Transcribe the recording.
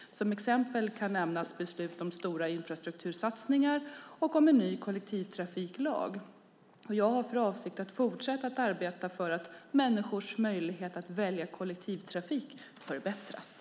Som exempel kan nämnas beslut om stora infrastruktursatsningar och om en ny kollektivtrafiklag. Jag har för avsikt att fortsätta att arbeta för att människors möjlighet att välja kollektivtrafik förbättras.